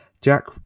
Jack